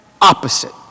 opposite